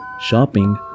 shopping